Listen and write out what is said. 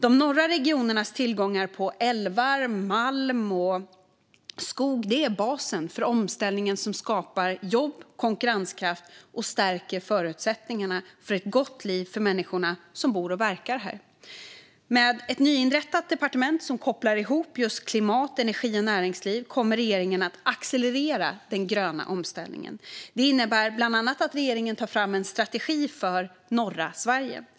De norra regionernas tillgångar på älvar, malm och skog är basen för omställningen som skapar jobb och konkurrenskraft och stärker förutsättningarna för ett gott liv för människorna som bor och verkar här. Med ett nyinrättat departement som kopplar ihop klimat, energi och näringsliv kommer regeringen att accelerera den gröna omställningen. Det innebär bland annat att regeringen tar fram en strategi för norra Sverige.